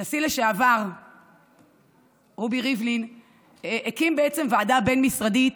הנשיא לשעבר רובי ריבלין הקים ועדה בין-משרדית